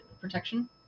protection